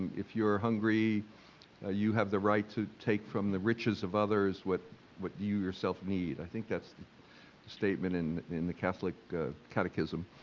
if you're hungry you have the right to take from the riches of others what what you yourself need. i think that's the statement in in the catholic catechism.